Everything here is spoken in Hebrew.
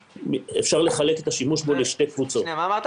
אפשר לחלק את השימוש בקנאביס לשתי קבוצות --- אמרת